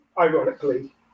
ironically